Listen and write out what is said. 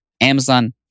Amazon